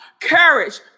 courage